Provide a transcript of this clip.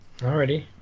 Alrighty